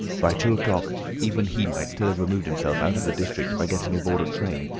by two o'clock even he might still have removed himself out of the district by getting aboard a train,